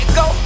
go